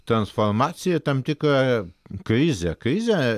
transformaciją tam tikrą krizę krizę